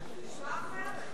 בסדר, זה נשמע אחרת.